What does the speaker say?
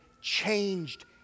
changed